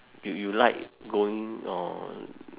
you you like going on